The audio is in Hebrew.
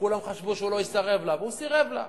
שכולם חשבו שהוא לא יסרב לה, והוא סירב לה.